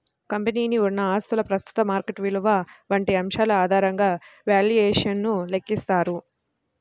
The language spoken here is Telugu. కంపెనీకి ఉన్న ఆస్తుల ప్రస్తుత మార్కెట్ విలువ వంటి అంశాల ఆధారంగా వాల్యుయేషన్ ను లెక్కిస్తారు